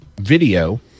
video